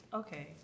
okay